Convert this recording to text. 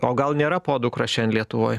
o gal nėra podukra šiandien lietuvoj